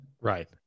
Right